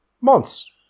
Months